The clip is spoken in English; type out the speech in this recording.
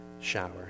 shower